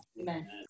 Amen